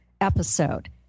episode